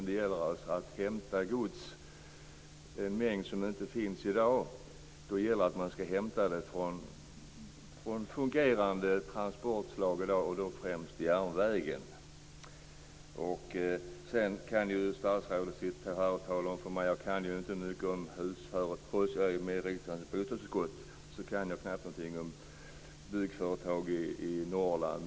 Det gäller att hämta gods i en mängd som inte finns i dag. Då skall man hämta det från transportslag som fungerar i dag, och då främst från järnvägen. Trots att jag är med i riksdagens bostadsutskott kan jag knappt någonting om byggföretag i Norrland.